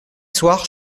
soir